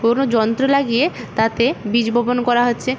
কোনো যন্ত্র লাগিয়ে তাতে বীজ বপন করা হচ্ছে